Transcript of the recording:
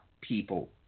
people